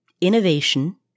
innovation